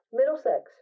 Middlesex